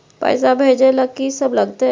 पैसा भेजै ल की सब लगतै?